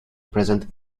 present